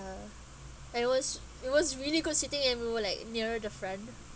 and it was it was really good sitting and we were like near the front